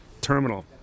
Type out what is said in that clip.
terminal